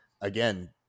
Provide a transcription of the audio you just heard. again